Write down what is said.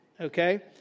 okay